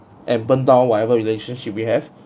and burned down whatever relationship we have